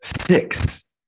six